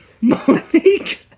Monique